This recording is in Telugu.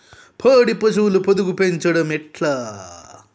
పాడి పశువుల పొదుగు పెంచడం ఎట్లా?